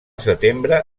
setembre